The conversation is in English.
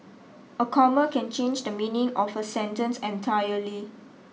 a comma can change the meaning of a sentence entirely